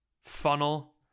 funnel